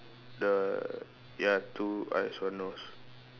the ya two eyes one nose